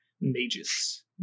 mages